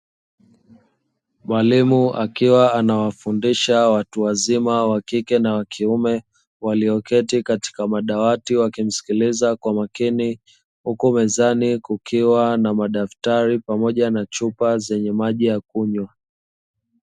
Mwalimu akiwa anawafundisha watu wazima, wa kike na wa kiume, walioketi katika madawati wakimsikiliza kwa makini, huku mezani kukiwa na madaftari pamoja na chupa zenye maji ya kunywa.